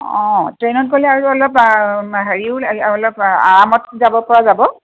অঁ ট্ৰেইনত গ'লে আৰু অলপ হেৰিও অলপ আৰামত যাব পৰা যাব